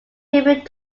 filming